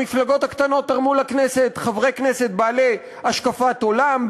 המפלגות הקטנות תרמו לכנסת חברי כנסת בעלי השקפת עולם,